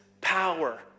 power